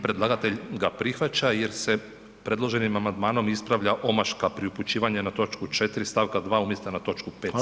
Predlagatelj ga prihvaća jer se predloženim amandmanom ispravlja omaška pri upućivanju na točku 4. st. 2. umjesto na točku 5. st. 2.